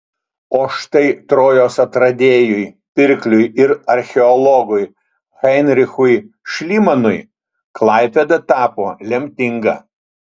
o štai trojos atradėjui pirkliui ir archeologui heinrichui šlymanui klaipėda tapo lemtinga